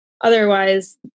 Otherwise